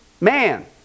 man